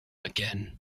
again